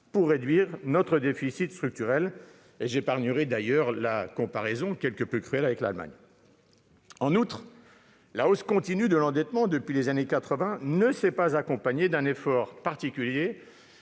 pour réduire notre déficit structurel. Je vous épargnerai la comparaison, cruelle, avec l'Allemagne ... En outre, la hausse continue de l'endettement depuis les années 1980 ne s'est pas accompagnée d'un effort particulier